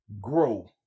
grow